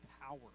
power